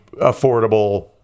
affordable